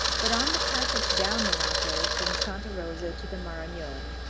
but on the passage down the napo from santa rosa to the maranon,